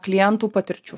klientų patirčių